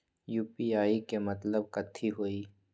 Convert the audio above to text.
UPI के मतलब कथी होई?